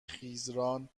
خیزران